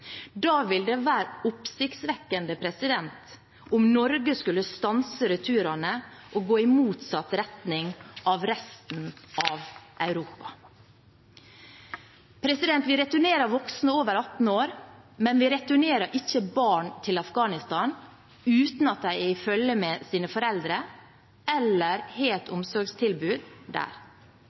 Da vil det være oppsiktsvekkende om Norge skulle stanse returene og gå i motsatt retning av resten av Europa. Vi returnerer voksne over 18 år, men vi returnerer ikke barn til Afghanistan uten at de er i følge med sine foreldre eller har et omsorgstilbud der.